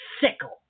sickle